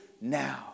now